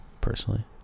personally